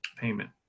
payment